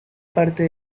parte